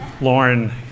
Lauren